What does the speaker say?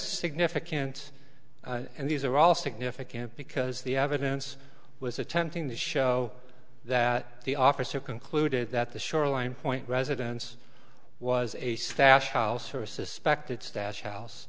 significant and these are all significant because the evidence was attempting to show that the officer concluded that the shoreline point residence was a stash house or a suspected stash house